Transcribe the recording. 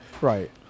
right